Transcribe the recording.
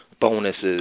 bonuses